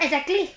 exactly